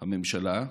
הממשלה,